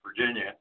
Virginia